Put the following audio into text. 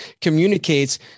communicates